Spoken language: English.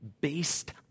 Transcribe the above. based